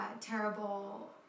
terrible